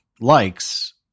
likes